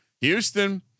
Houston